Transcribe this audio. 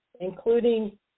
including